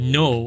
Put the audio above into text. no